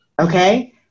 Okay